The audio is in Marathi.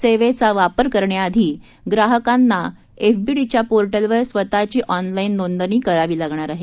सेवेचा वापर करण्याआधी ग्राहकांना एपबीडीच्या पो ििवर स्वतःची ऑनलाईन नोंदणी करावी लागणार आहे